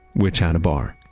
which had a bar.